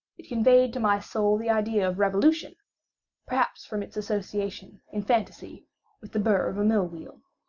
it conveyed to my soul the idea of revolution perhaps from its association in fancy with the burr of a mill wheel.